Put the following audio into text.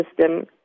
system